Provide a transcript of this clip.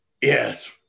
Yes